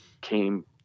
came